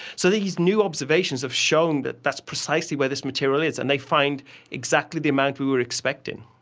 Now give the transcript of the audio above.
so these new observations have shown that that's precisely where this material is, and they find exactly the amount we were expecting.